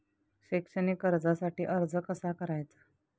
शैक्षणिक कर्जासाठी अर्ज कसा करायचा?